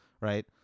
Right